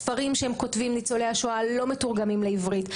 הספרים שניצולי השואה כותבים לא מתורגמים לעברית.